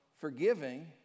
forgiving